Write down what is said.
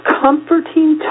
comforting